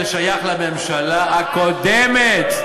זה שייך לממשלה הקודמת.